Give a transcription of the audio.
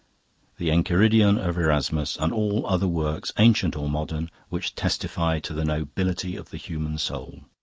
the enchiridion of erasmus, and all other works, ancient or modern, which testify to the nobility of the human soul.